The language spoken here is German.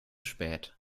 spät